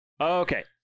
Okay